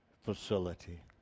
facility